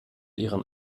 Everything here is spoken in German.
ihren